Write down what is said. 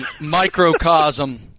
microcosm